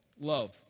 love